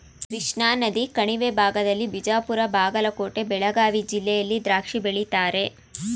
ಕೃಷ್ಣಾನದಿ ಕಣಿವೆ ಭಾಗದಲ್ಲಿ ಬಿಜಾಪುರ ಬಾಗಲಕೋಟೆ ಬೆಳಗಾವಿ ಜಿಲ್ಲೆಯಲ್ಲಿ ದ್ರಾಕ್ಷಿ ಬೆಳೀತಾರೆ